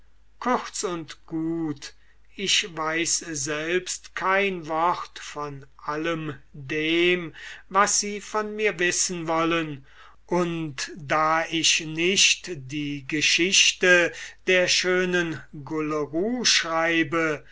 kurz und gut ich weiß selbst kein wort von allem dem was sie von mir wissen wollen und da ich nicht die geschichte der schönen gulleru schreibe